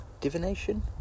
divination